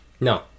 No